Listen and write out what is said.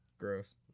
gross